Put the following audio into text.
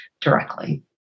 directly